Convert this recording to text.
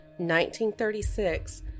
1936